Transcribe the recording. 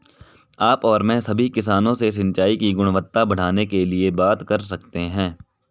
आप और मैं सभी किसानों से सिंचाई की गुणवत्ता बढ़ाने के लिए बात कर सकते हैं